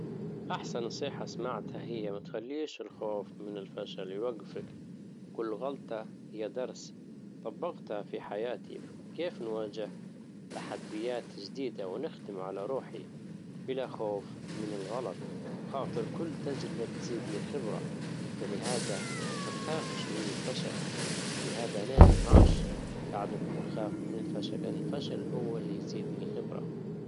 احسن نصيحة سمعتها هي ما تخليش الخوف من الفشل يوجفك كل غلطة هي درس طبجتها في حياتي كيف نواجه تحديات جديدة ونختم على روحي بلا خوف من الغلط خاطر كل تجربة تزيدني خبرة، فلهذا ما تخافش من الفشل ولهذا انا ما عادش جعدت نخاف من الفشل لان الفشل هو اللي يزيدني خبرة